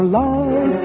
love